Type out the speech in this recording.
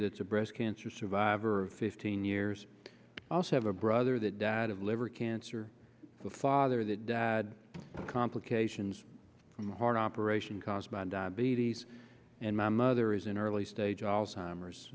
that's a breast cancer survivor fifteen years also have a brother that died of liver cancer the father the dad complications from a heart operation caused by diabetes and my mother is an early stage alzheimer